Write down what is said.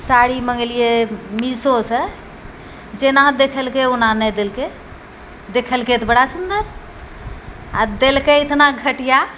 साड़ी मङ्गेलियै मीशो सँ जेना दखेलै ओना नहि देलकै देखेलकै तऽ बड़ा सुन्दर आ देलकै इतना घटिया